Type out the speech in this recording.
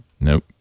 Nope